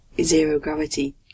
zero-gravity